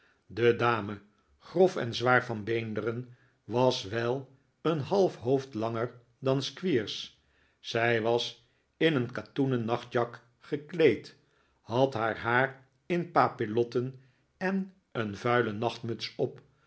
de dame grof en zwaar van beenderen was wel een half hoofd langer dan squeers zij was in een katoenen nachtjak gekleed had haar haar in papillotten en een yuile nachtmuts op